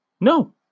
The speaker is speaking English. No